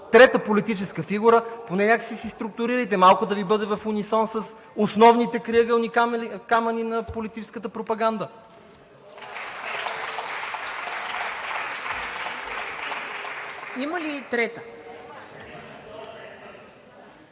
трета политическа фигура, поне някакси си структурирайте, малко да Ви бъде в унисон с основните крайъгълни камъни на политическата пропаганда.